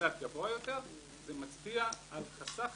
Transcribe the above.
זה מצביע על חסך